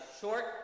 short